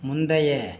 முந்தைய